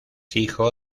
hijo